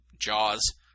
jaws